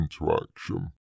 interaction